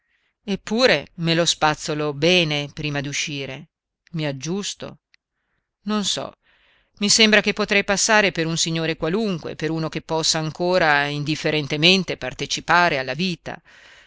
eppure me lo spazzolo bene prima d'uscire mi aggiusto non so mi sembra che potrei passare per un signore qualunque per uno che possa ancora indifferentemente partecipare alla vita